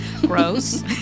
Gross